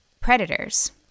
predators